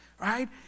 Right